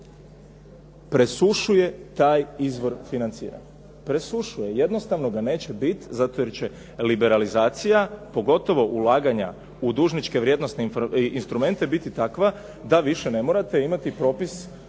presušuje taj izvor financiranja. Presušuje. Jednostavno ga neće biti zato jer će liberalizacija, pogotovo ulaganja u dužničke vrijednosne instrumente biti takva da više ne morate imati propis